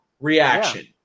reaction